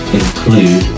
include